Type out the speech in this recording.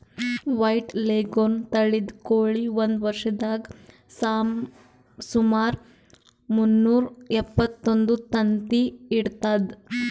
white leghorn ತಳಿದ್ ಕೋಳಿ ಒಂದ್ ವರ್ಷದಾಗ್ ಸುಮಾರ್ ಮುನ್ನೂರಾ ಎಪ್ಪತ್ತೊಂದು ತತ್ತಿ ಇಡ್ತದ್